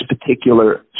particular